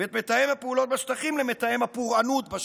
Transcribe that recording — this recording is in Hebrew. ואת מתאם הפעולות בשטחים, למתאם הפורענות בשטחים.